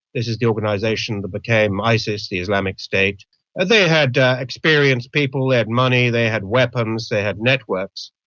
this is the organisation that became isis, the islamic state. and they had experienced people, they had money, they had weapons, they had networks.